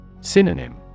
Synonym